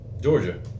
Georgia